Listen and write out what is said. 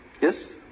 Yes